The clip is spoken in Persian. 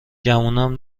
گمونم